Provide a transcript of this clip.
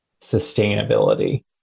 sustainability